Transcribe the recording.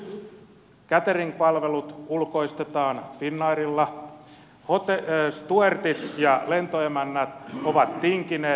nyt catering palvelut ulkoistetaan finnairilla stuertit ja lentoemännät ovat tinkineet